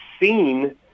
seen